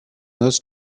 those